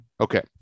Okay